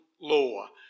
law